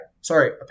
Sorry